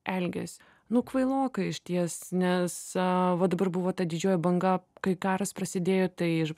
elgias nu kvailoka išties nes va dabar buvo ta didžioji banga kai karas prasidėjo tai